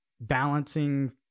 balancing